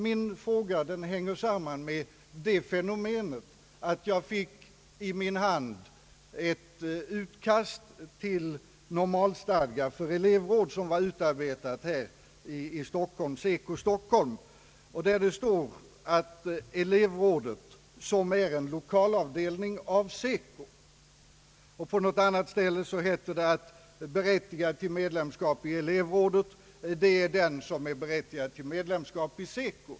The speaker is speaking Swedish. Min fråga hänger emellertid samman med det fenomenet att jag fått i min hand ett utkast till normalstadga för elevråd, vilket utarbetats av SECO Stockholm. I detta utkast står det att elevrådet »är en lokalavdelning av SECO». På ett annat ställe heter det att berättigad till medlemskap i elevrådet är den som är berättigad till medlemskap i SECO.